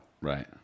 Right